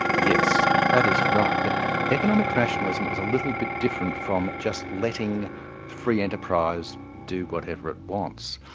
yes. that is right. but economic rationalism is a little bit different from just letting free enterprise do whatever it wants.